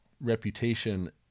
reputation